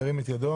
מי נגד?